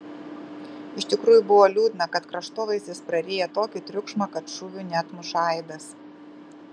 iš tikrųjų buvo liūdna kad kraštovaizdis praryja tokį triukšmą kad šūvių neatmuša aidas